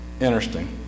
Interesting